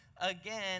again